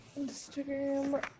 instagram